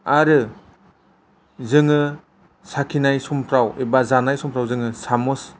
आरो जोङाे साखिनाय समफ्राव एबा जानाय समफ्राव जाेङाे सामस